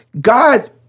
God